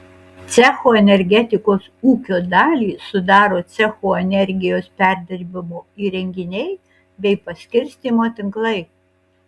cecho energetikos ūkio dalį sudaro cecho energijos perdirbimo įrenginiai bei paskirstymo tinklai